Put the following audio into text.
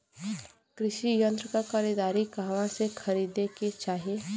कृषि यंत्र क खरीदारी कहवा से खरीदे के चाही?